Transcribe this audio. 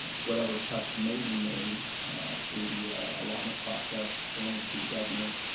whatever cuts may be made through the allotment process granted to the governor,